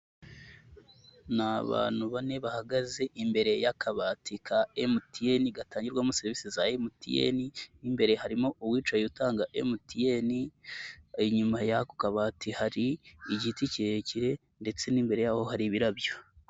Ni abantu bane bahagaze imbere y'akabati ka MTN gatangirwamo serivise za MTN mu imbere harimo uwicaye utanga MTN inyuma y'ako kabati hari igiti kirekire ndetse n'imbere yaho hari ibirabyo.